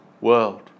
world